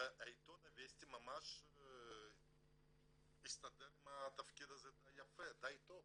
ועיתון וסטי ממש הסתדר עם התפקיד הזה די טוב,